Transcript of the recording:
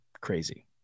Crazy